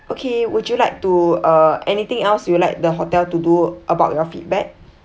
okay would you like to uh anything else you would like the hotel to do about your feedback